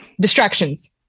distractions